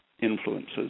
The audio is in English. influences